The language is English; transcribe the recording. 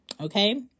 okay